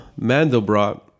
Mandelbrot